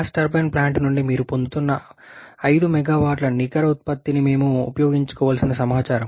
gas turbine plant నుండి మీరు పొందుతున్న 5 MW నికర ఉత్పత్తిని మేము ఉపయోగించుకోవలసిన సమాచారం